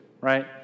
right